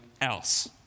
else